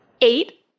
Eight